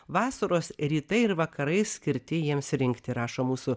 vasaros rytai ir vakarai skirti jiems rinkti rašo mūsų